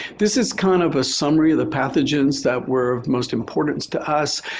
this is kind of a summary of the pathogens that were most important to us.